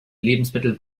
lebensmittel